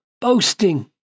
boasting